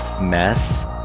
mess